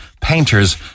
painters